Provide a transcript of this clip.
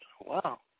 wow